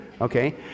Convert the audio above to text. okay